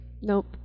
Nope